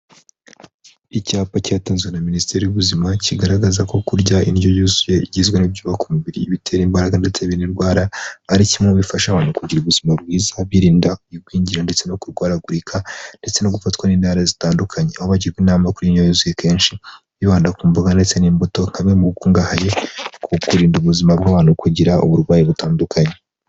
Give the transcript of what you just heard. Icyapa cyatanzwe na minisiteri y'ubuzima kigaragaza ko kurya indyo yuzuye igizwe n'ibyuka umubiri bitera imbaraga ndetse n'indwara ari kimwe bifasha abantu kugira ubuzima bwiza birindakwinjira ndetse no kurwaragurika ndetse no gufatwa n'indwara zitandukanye uwagirwa inama kuri inyo yuzuye kenshi wibanda ku mboga ndetse n'imbuto nkamwe mukungahaye ku kurinda ubuzima bw'abantu kugira uburwayi butandukanye.